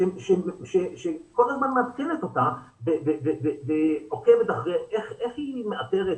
שכל הזמן מעדכנת אותה ועוקבת איך היא מאתרת,